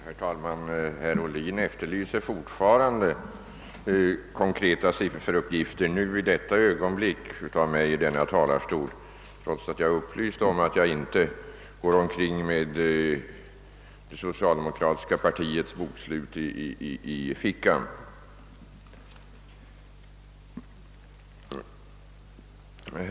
Herr talman! Herr Ohlin efterlyser fortfarande konkreta sifferuppgifter från mig, nu i detta ögonblick från denna talarstol, trots att jag upplyst om att jag inte går omkring med socialdemokratiska partiets bokslut i fickan.